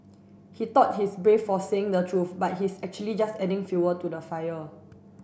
he thought he's brave for saying the truth but he's actually just adding fuel to the fire